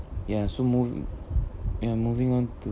ya so mov~ ya moving on to